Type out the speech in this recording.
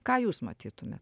ką jūs matytumėt